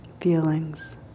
feelings